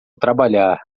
trabalhar